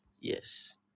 yes